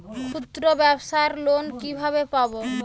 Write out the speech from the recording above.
ক্ষুদ্রব্যাবসার লোন কিভাবে পাব?